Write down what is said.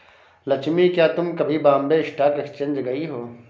लक्ष्मी, क्या तुम कभी बॉम्बे स्टॉक एक्सचेंज गई हो?